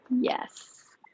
Yes